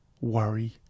worry